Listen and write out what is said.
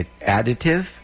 additive